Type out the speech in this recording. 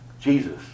Jesus